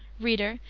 reader,